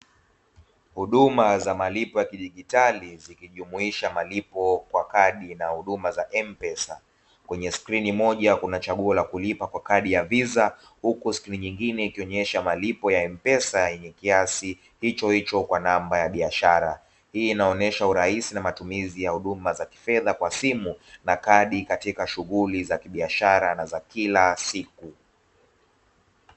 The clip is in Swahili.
Huduma za malipo ya kidigitali zikijumuisha malipo kwa kadi na huduma za "M-Pesa", kwenye skrini moja kuna chaguo la kulipa kwa kadi ya "VISA" huku skrini nyingine ikionesha malipo ya "M-Pesa" yenye kiasi hichohicho kwa namba ya biashara. Hii inaonyesha urahisi na matumizi ya huduma za kifedha kwa simu na kadi katika shughuli za kibiashara na za kila siku.